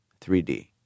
3D